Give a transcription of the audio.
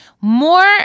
more